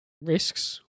Risks